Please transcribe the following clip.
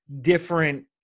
different